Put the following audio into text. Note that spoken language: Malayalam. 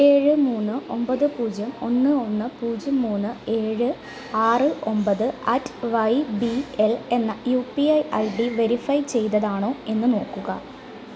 ഏഴ് മൂന്ന് ഒമ്പത് പൂജ്യം ഒന്ന് ഒന്ന് പൂജ്യം മൂന്ന് ഏഴ് ആറ് ഒമ്പത് അറ്റ് വൈ ബി എൽ എന്ന U P I I D verify ചെയ്തതതാണോ എന്ന് നോക്കുക